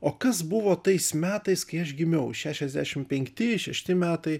o kas buvo tais metais kai aš gimiau šešiasdešim penkti šešti metai